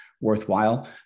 worthwhile